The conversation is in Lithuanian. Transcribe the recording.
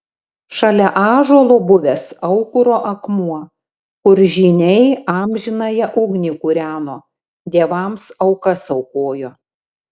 šalia ąžuolo buvęs aukuro akmuo kur žyniai amžinąją ugnį kūreno dievams aukas aukojo